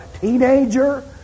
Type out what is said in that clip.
teenager